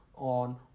on